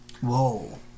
Whoa